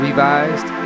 revised